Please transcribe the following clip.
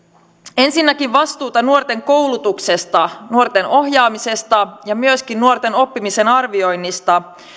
ensinnäkin vastuuta nuorten koulutuksesta nuorten ohjaamisesta ja myöskin nuorten oppimisen arvioinnista